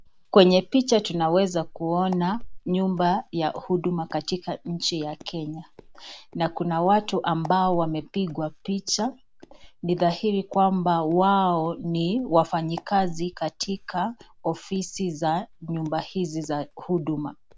Kwenye picha tunaweza kuona nyumba ya huduma katika nchi ya Kenya na kuna watu ambao wamepigwa picha. Ni dhahiri kwamba wao ni wafanyikazi katika ofisi za nyumba hizi za huduma.